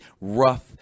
rough